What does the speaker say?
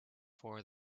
for